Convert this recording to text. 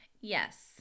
yes